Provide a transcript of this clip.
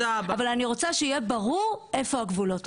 אבל אני רוצה שיהיה ברור איפה הגבולות.